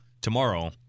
tomorrow